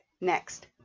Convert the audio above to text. Next